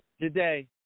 today